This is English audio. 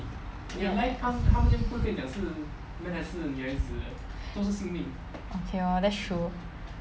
okay lor that's true